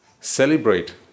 celebrate